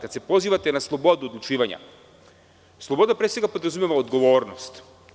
Kada se pozivate na slobodu odlučivanja, slobodan pre svega podrazumeva odgovornost.